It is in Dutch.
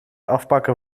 afpakken